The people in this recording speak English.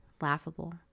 laughable